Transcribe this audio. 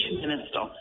minister